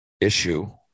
issue